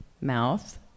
mouth